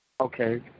Okay